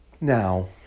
Now